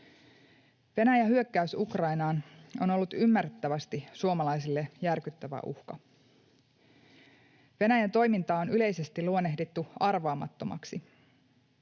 Venäjän hyökkäys Ukrainaan on ollut ymmärrettävästi suomalaisille järkyttävä uhka. Venäjän toimintaa on yleisesti luonnehdittu arvaamattomaksi.